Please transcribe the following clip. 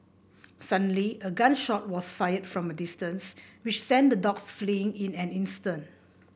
suddenly a gun shot was fired from a distance which sent the dogs fleeing in an instant